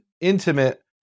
intimate